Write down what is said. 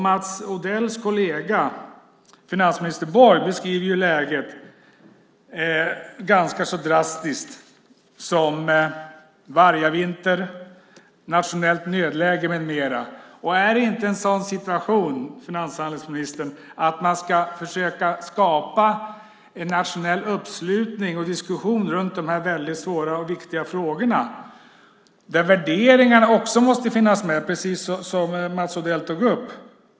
Mats Odells kollega, finansminister Borg, beskriver läget ganska drastiskt som vargavinter, nationellt nödläge med mera. Är det inte en sådan situation, finanshandelsministern, att man ska försöka skapa en nationell uppslutning och diskussion om de här svåra och viktiga frågorna? Värderingarna måste också finnas med, precis som Mats Odell sade.